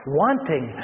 wanting